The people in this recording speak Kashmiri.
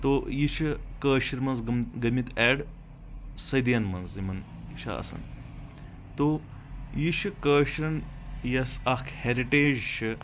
تو یہِ چھ کٲشر منٛز گٔمٕتۍ اٮ۪ڈ صٔدۍین منٛز یِمن یہِ چھ آسان تو یہِ چھُ کٲشرین یۄس اکھ ہیرٹریج چھِ